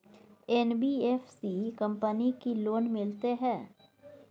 NBFC company की loan मिलते है?